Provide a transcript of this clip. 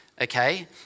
okay